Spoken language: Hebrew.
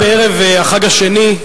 בערב החג השני,